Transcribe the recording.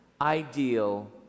ideal